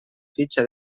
fitxa